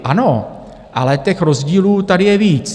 Ano, ale těch rozdílů tady je víc.